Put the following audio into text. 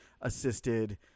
assisted